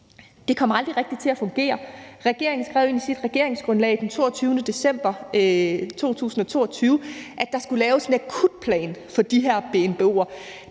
Det kom aldrig rigtig til at fungere. Regeringen skrev ind i sit regeringsgrundlag den 22. december 2022, at der skulle laves en akutplan for de her BNBO'er.